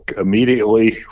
immediately